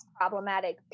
problematic